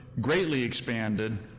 greatly expanded,